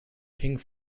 king